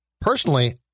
personally